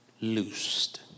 loosed